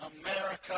America